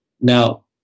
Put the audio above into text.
Now